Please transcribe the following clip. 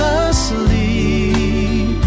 asleep